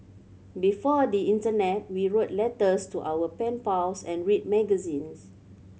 before the internet we wrote letters to our pen pals and read magazines